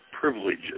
privileges